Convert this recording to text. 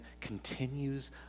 continues